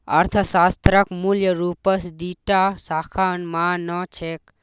अर्थशास्त्रक मूल रूपस दी टा शाखा मा न छेक